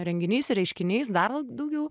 renginiais ir reiškiniais dar daugiau